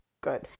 good